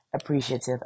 appreciative